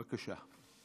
בבקשה.